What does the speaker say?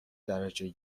درجه